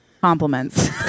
compliments